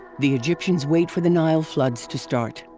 the egyptians wait for the nile floods to start.